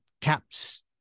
Caps